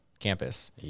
campus